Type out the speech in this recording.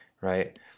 right